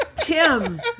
Tim